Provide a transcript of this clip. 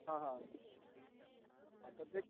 हाँ हाँ हाँ तो देख